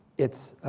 it's